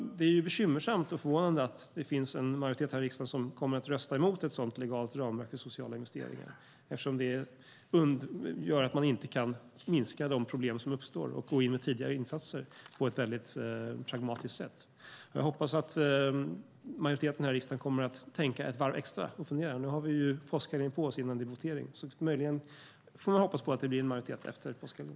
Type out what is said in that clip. Det är bekymmersamt och förvånande att det finns en majoritet här i riksdagen som kommer att rösta emot ett sådant legalt ramverk för sociala investeringar eftersom det gör att man inte kan minska de problem som uppstår och gå in med tidiga insatser på ett mycket pragmatiskt sätt. Jag hoppas att majoriteten här i riksdagen kommer att tänka ett varv extra och fundera. Nu har vi påskhelgen på oss innan det blir votering. Jag hoppas att det blir en majoritet efter påskhelgen.